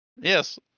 Yes